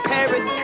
Paris